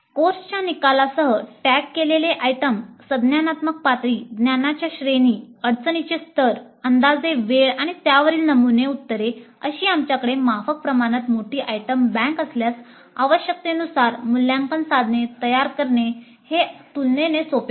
कोर्सच्या निकालांसह टॅग केलेले आयटम असल्यास आवश्यकतेनुसार मूल्यांकन साधन तयार करणे हे तुलनेने सोपे होते